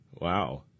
Wow